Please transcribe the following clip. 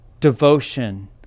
devotion